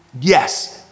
yes